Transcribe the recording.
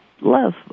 love